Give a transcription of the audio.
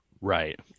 Right